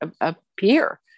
appear